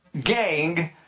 gang